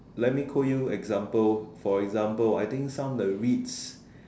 let me quote you example for example I think some of the R_E_I_T_S